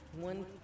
one